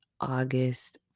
August